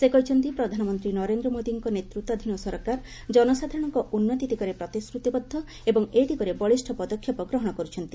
ସେ କହିଛନ୍ତି ପ୍ରଧାନମନ୍ତ୍ରୀ ନରେନ୍ଦ୍ର ମୋଦିଙ୍କ ନେତୃତ୍ୱାଧୀନ ସରକାର ଜନସାଧାରଣଙ୍କ ଉନ୍ନତି ଦିଗରେ ପ୍ରତିଶ୍ରତିବଦ୍ଧ ଏବଂ ଏ ଦିଗରେ ବଳିଷ୍ଠ ପଦକ୍ଷେପ ଗ୍ରହଣ କରୁଛନ୍ତି